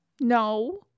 No